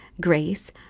grace